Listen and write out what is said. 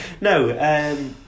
No